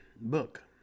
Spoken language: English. book